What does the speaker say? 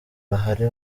bahari